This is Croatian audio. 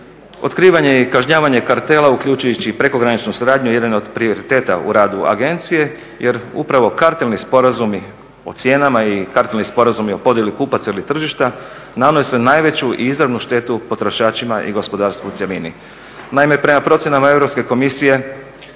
Otkrivanje i kažnjavanje kartela uključujući i prekograničnu suradnju jedan je od prioriteta u radu agencije jer upravo kartelni sporazumi o cijenama i kartelni sporazumi o podjeli kupaca ili tržišta nanose najveću i izravnu štetu potrošačima i gospodarstvu u cjelini.